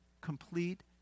complete